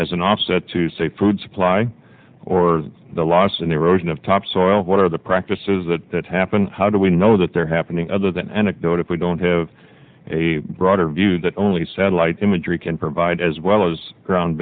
as an offset to say food supply or the loss and erosion of topsoil what are the practices that that happen how do we know that they're happening other than anecdote if we don't have a broader view that only satellite imagery can provide as well as ground